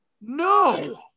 No